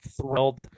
thrilled